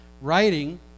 writing